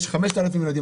יש 5,000 ילדים,